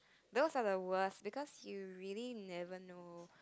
those are the worst because you really never know